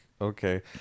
okay